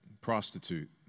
prostitute